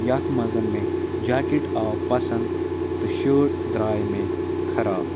یَتھ منٛز مےٚ جاکٮ۪ٹ آو پَسنٛد تہٕ شٲٹ درٛاے مےٚ خراب